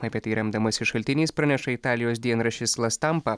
apie tai remdamasi šaltiniais praneša italijos dienraštis la stampa